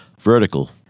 vertical